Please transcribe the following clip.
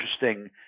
interesting